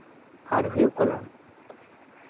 ᱟᱨ ᱦᱩᱭᱩᱜ ᱠᱟᱱᱟ